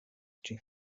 ĝin